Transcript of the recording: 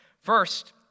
First